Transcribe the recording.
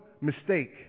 mistake